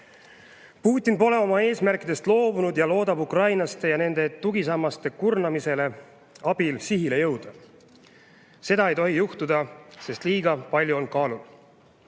Putin pole oma eesmärkidest loobunud, ta loodab ukrainlaste ja nende tugisammaste kurnamise abil sihile jõuda. Seda ei tohi juhtuda, sest liiga palju on kaalul.